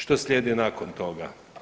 Što slijedi nakon toga?